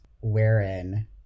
wherein